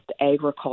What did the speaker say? agriculture